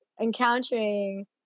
encountering